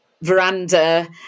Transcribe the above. veranda